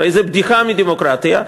הרי זה בדיחה מהדמוקרטיה,